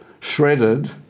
shredded